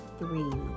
three